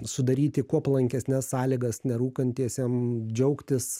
sudaryti kuo palankesnes sąlygas nerūkantiesiem džiaugtis